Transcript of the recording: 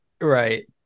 Right